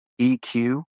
EQ